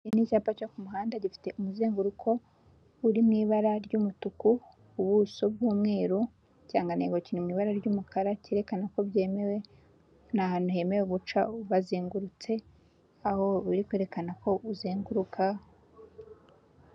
Ni icyapa cyo ku muhanda gifite umuzenguruko uri mu ibara ry'umutuku ubuso bw'umweru, ikiranganenga kiri mu ibara ry'umukara cyerekana ko byemewe. Ni ahantu hemewe guca bazengurutse aho biri kwerekana ko buzenguruka.